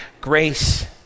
grace